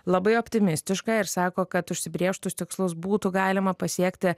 labai optimistiška ir sako kad užsibrėžtus tikslus būtų galima pasiekti